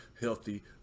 healthy